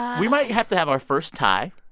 we might have to have our first tie.